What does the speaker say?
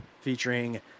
featuring